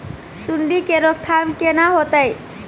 सुंडी के रोकथाम केना होतै?